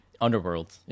Underworld